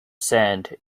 sand